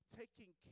taking